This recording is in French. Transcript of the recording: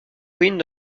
ruines